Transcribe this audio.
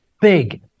big